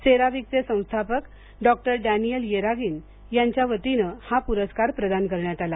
सेराविकचे संस्थापक doctor Daniel Yergin यांच्या वतीनं हा पुरस्कार प्रदान करण्यात आला